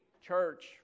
church